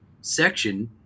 section